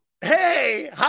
Hey